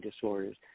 disorders